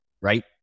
Right